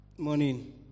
morning